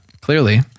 Clearly